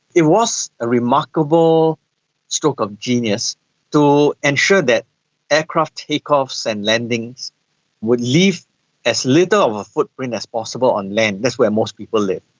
it was a remarkable stroke of genius to ensure that aircraft take-offs and landings would leave as little of a footprint as possible on land, that's where most people live.